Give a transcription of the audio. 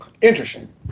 Interesting